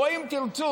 או אם תרצו,